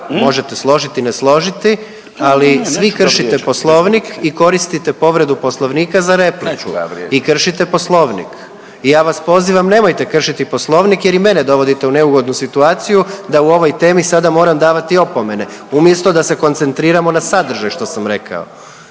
možete složiti, ne složiti, ali svi kršite Poslovnik i koriste povredu Poslovnika za repliku. …/Upadica Davor Dretar: Ne, neću ga vrijeđati./… Vi kršite Poslovnik. I ja vas pozivam nemojte kršiti Poslovnik jer i mene dovodite u neugodnu situaciju da u ovoj temi sada moram davati opomene umjesto da se koncentriramo na sadržaj što sam rekao.